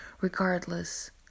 regardless